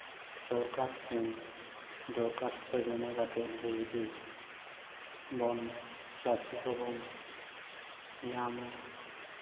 ᱥᱚᱨᱠᱟᱨ ᱴᱷᱮᱱ ᱫᱚᱨᱠᱷᱟᱥᱛᱚ ᱡᱚᱢᱟ ᱠᱟᱛᱮ ᱵᱤᱡᱽᱞᱤ ᱵᱚᱱ ᱪᱟᱹᱥᱤ ᱠᱚᱵᱚᱱ ᱧᱟᱢᱟ